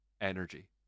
energy